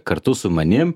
kartu su manim